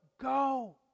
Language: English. go